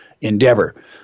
endeavor